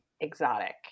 exotic